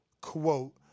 quote